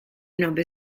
nove